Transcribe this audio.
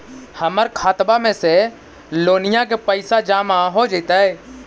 हमर खातबा में से लोनिया के पैसा जामा हो जैतय?